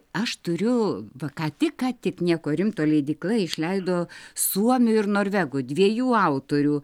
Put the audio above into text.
aš turiu va ką tik ką tik nieko rimto leidykla išleido suomių ir norvegų dviejų autorių